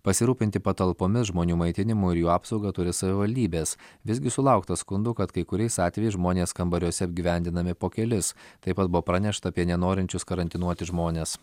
pasirūpinti patalpomis žmonių maitinimu ir jų apsauga turi savivaldybės visgi sulaukta skundų kad kai kuriais atvejais žmonės kambariuose apgyvendinami po kelis taip pat buvo pranešta apie nenorinčius karantinuotis žmones